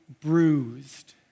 bruised